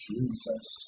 Jesus